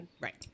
Right